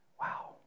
Wow